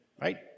right